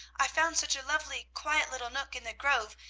i found such a lovely, quiet little nook in the grove,